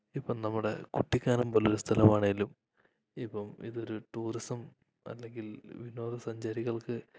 ഇപ്പം നമ്മുടെ കുട്ടിക്കാനം പോലൊരു സ്ഥലമാണേലും ഇപ്പം ഇതൊരു ടൂറിസം അല്ലെങ്കിൽ വിനോദസഞ്ചാരികൾക്ക്